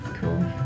Cool